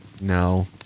No